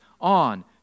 on